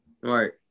right